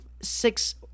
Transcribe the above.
six